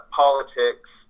politics